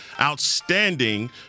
outstanding